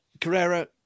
Carrera